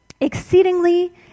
Exceedingly